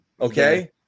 Okay